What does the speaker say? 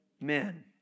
men